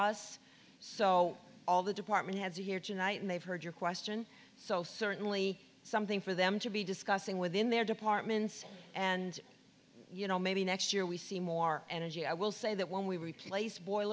us so all the department heads here tonight and they've heard your question so certainly something for them to be discussing within their departments and you know maybe next year we see more energy i will say that when we replace bo